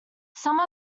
some